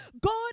God